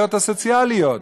הבעיות הסוציאליות.